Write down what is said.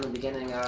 beginning.